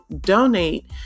donate